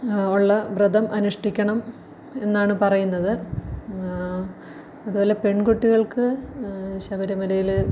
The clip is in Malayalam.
ഉള്ള വ്രതം അനുഷ്ഠിക്കണം എന്നാണ് പറയുന്നത് അതുപോലെ പെൺകുട്ടികൾക്ക് ശബരിമലയിൽ